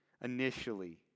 initially